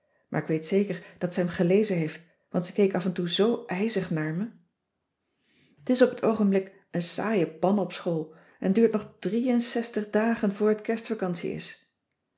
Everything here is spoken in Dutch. maar k weet zeker dat ze hem gelezen heeft want ze keek af en toe zoo ijzig naar me t is op het oogenblik een saaie pan op school en t duurt nog drie-en-zestig dagen voor het kerstvacantie is